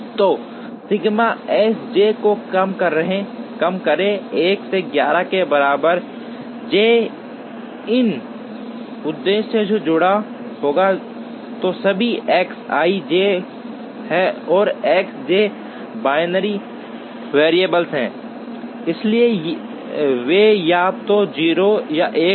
तो sigma s j को कम करें 1 से 11 के बराबर जे इस उद्देश्य से जुड़ा होगा जो सभी एक्स आईजे है और एस जे बाइनरी वैरिएबल हैं इसलिए वे या तो 0 या 1 हैं